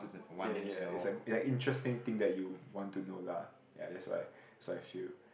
ya ya it's like it's like interesting thing that you want to know lah ya that's why that's what I feel